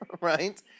right